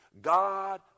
God